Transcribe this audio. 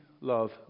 love